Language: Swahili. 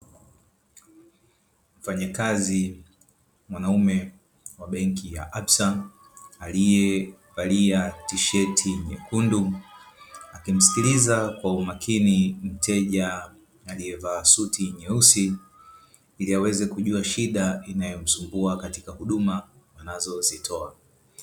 Mfanyakazi mwanaume wa benki ya "absa" aliyevalia tisheti nyekundu, akimsikiliza kwa makini mteja aliyevaa suti nyeusi ili aweze kujua shida inayomsumbua katika huduma anazozitoa.